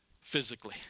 physically